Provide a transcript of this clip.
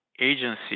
agency